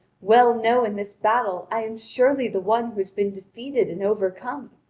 well know in this battle i am surely the one who has been defeated and overcome!